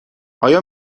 آیا